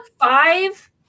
five